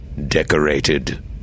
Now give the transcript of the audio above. Decorated